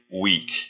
week